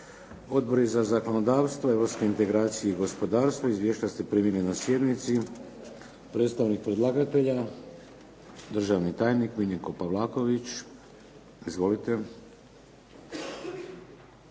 Odbori za zakonodavstvo, europske integracije i gospodarstvo. Izvješća ste primili na sjednici. Predstavnik predlagatelja državni tajnik Miljenko Pavlaković. Izvolite.